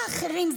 האחרים,